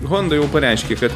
honda jau pareiškė kad